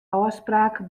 ôfspraak